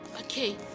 Okay